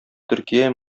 төркия